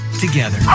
together